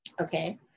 okay